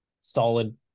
solid